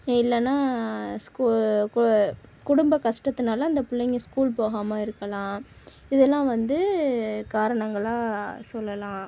இல்லைன்னா ஸ்கூ கு குடும்ப கஷ்டத்துனால அந்த பிள்ளைங்க ஸ்கூல் போகாமல் இருக்கலாம் இது எல்லாம் வந்து காரணங்களாக சொல்லலாம்